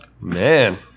Man